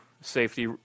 safety